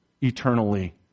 eternally